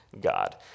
God